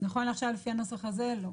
נכון לעכשיו ולפי הנוסח הזה, לא.